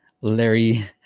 Larry